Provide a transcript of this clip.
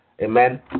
Amen